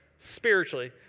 spiritually